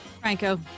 Franco